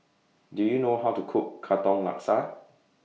Do YOU know How to Cook Katong Laksa